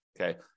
Okay